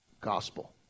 gospel